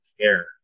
care